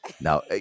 now